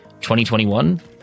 2021